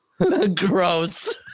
Gross